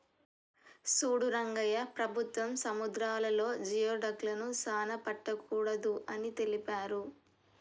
సూడు రంగయ్య ప్రభుత్వం సముద్రాలలో జియోడక్లను సానా పట్టకూడదు అని తెలిపారు